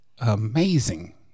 amazing